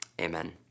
amen